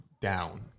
down